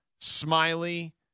Smiley